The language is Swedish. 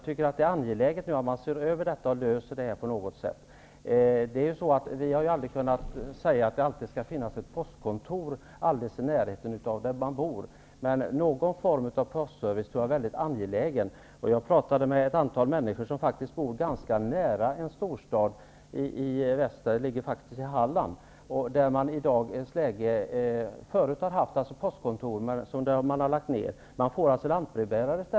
Det är angeläget att man ser över detta och löser det på något sätt. Vi har aldrig kunnat säga att det alltid skall finnas ett postkontor i närheten av bostaden. Men någon form av postservice tycker jag är mycket angelägen. Jag har talat med ett antal människor som bor ganska nära en storstad i Halland. De har tidigare haft ett postkontor, som nu har lagts ner. De har nu fått en lantbrevbärare.